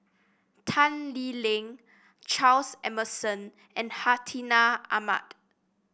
Tan Lee Leng Charles Emmerson and Hartinah Ahmad